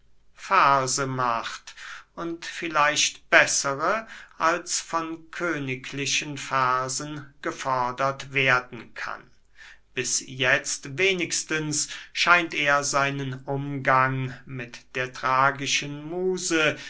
verse macht und vielleicht bessere als von königlichen versen gefordert werden kann bis jetzt wenigstens scheint er seinen umgang mit der tragischen muse